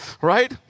right